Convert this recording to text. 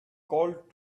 called